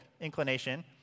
inclination